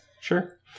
sure